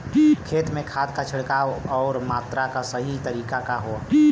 खेत में खाद क छिड़काव अउर मात्रा क सही तरीका का ह?